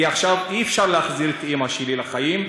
כי עכשיו אי-אפשר להחזיר את אימא שלי לחיים.